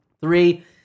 Three